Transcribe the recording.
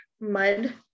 mud